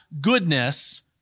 goodness